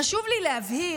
חשוב לי להבהיר,